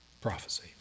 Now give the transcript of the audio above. Prophecy